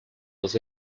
was